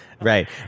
Right